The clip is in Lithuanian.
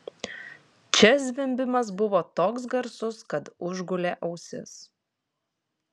čia zvimbimas buvo toks garsus kad užgulė ausis